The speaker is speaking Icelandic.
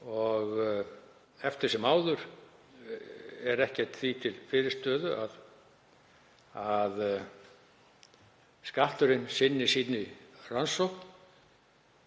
Eftir sem áður er ekkert því til fyrirstöðu að Skatturinn sinni rannsókn